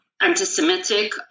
anti-Semitic